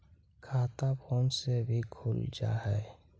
खाता फोन से भी खुल जाहै?